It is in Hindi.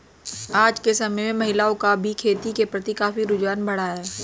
आज के समय में महिलाओं का भी खेती के प्रति काफी रुझान बढ़ा है